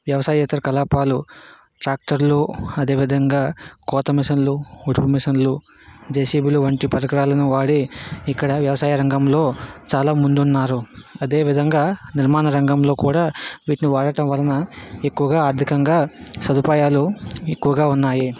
వ్యవసాయేతర కలాపాలు ట్రాక్టర్లు అదేవిధంగా కోత మిషన్లు ఉడుకు మిషన్లు జెసిబిలు వంటి పరికరాలను వాడి ఇక్కడ వ్యవసాయ రంగంలో చాలా ముందున్నారు అదేవిధంగా నిర్మాణ రంగంలో కూడా వీటిని వాడటం వలన ఎక్కువగా ఆర్థికంగా సదుపాయాలు ఎక్కువగా ఉన్నాయి